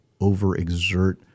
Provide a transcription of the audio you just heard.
overexert